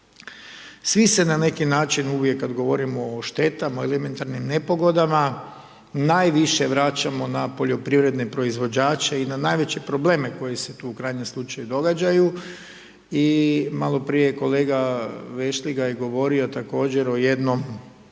Svi se na neki način uvijek kad govorimo o štetama ili elementarnim nepogodama najviše vraćamo na poljoprivredne proizvođače i na najveće probleme koji se tu u krajnjem slučaju događaju i malo prije je kolega Vešligaj govorio također o jednom